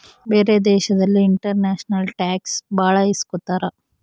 ಬೇರೆ ದೇಶದಲ್ಲಿ international tax ಭಾಳ ಇಸ್ಕೊತಾರ